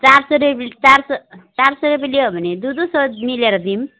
चार सयरुपियाँ चार सय चार सय रुपियाँ लियो भने दुई दुई सय मिलेर दिऊँ